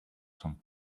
some